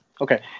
Okay